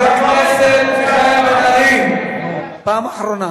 חבר הכנסת מיכאל בן-ארי, פעם אחרונה.